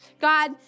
God